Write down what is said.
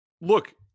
look